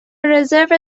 رزرو